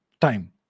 Time